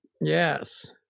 Yes